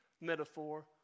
metaphor